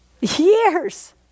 Years